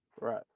right